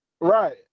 Right